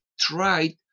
tried